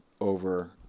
over